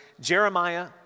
Jeremiah